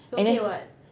and then